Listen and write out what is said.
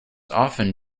often